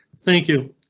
thank you,